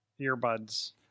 earbuds